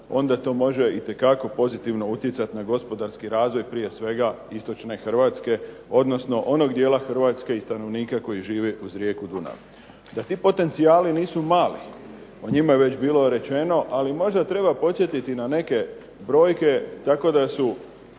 Onda to može itekako pozitivno utjecat na gospodarski razvoj, prije svega istočne Hrvatske, odnosno onog dijela Hrvatske i stanovnika koji žive uz rijeku Dunav. Da ti potencijali nisu imali o njima je već bilo rečeno, ali možda treba podsjetiti na neke brojke tako da su